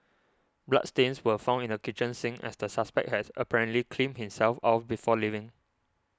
bloodstains were found in the kitchen sink as the suspect has apparently cleaned himself off before leaving